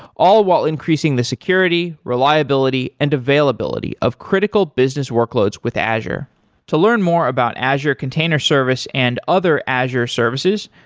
all while increasing the security, reliability and availability of critical business workloads with azure to learn more about azure container service and other azure services,